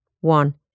One